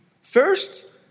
First